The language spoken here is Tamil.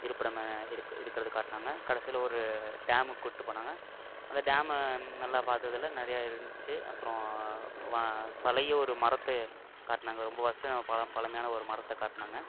இருப்பிடமாக இருக்குது இருக்கிறத காட்டினாங்க கடைசியில் ஒரு டேமுக்கு கூட்டி போனாங்க அந்த டேமு நல்லா பார்த்ததுல நெறைய இருந்துச்சு அப்புறம் வா பழைய ஒரு மரத்தை காட்டினாங்க ரொம்ப வருஷம் பழ பழமையான ஒரு மரத்தை காட்டினாங்க